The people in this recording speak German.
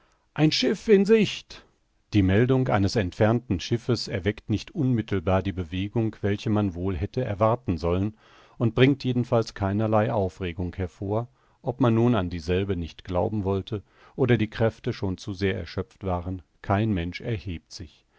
ein schiff in sicht die meldung eines entfernten schiffes erweckt nicht unmittelbar die bewegung welche man wohl hätte erwarten sollen und bringt jedenfalls keinerlei aufregung hervor ob man nun an dieselbe nicht glauben wollte oder die kräfte schon zu sehr erschöpft waren kein mensch erhebt sich